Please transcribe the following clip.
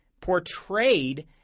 portrayed